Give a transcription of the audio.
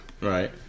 Right